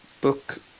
Book